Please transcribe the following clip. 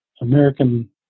American